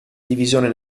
divisione